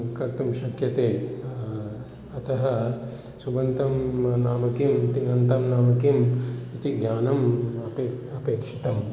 कर्तुं शक्यते अतः सुबन्तं नाम किं तिङ्न्तं नाम किम् इति ज्ञानम् अपे अपेक्षितम्